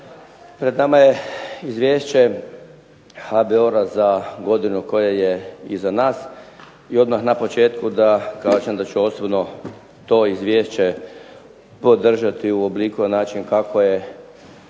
Pred nama je izvješće HBOR-a za godinu koja je iza nas i odmah na početku da kažem da ću osobno to izvješće podržati u obliku i na način kako je